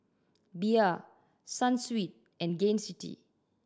Bia Sunsweet and Gain City